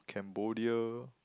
Cambodia